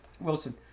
Wilson